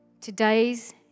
today's